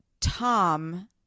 Tom